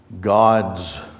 God's